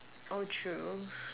oh true